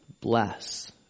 Bless